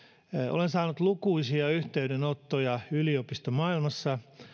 olen saanut lukuisia yhteydenottoja yliopistomaailmassa